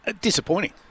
Disappointing